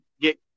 get –